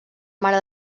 mare